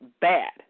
bad